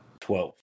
Twelve